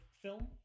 film